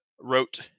wrote